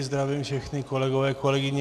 Zdravím všechny kolegy a kolegyně.